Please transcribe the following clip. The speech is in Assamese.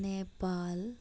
নেপাল